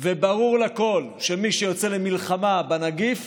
וברור לכול שמי שיוצא למלחמה בנגיף